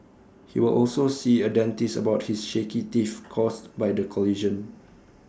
he will also see A dentist about his shaky teeth caused by the collision